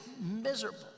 miserable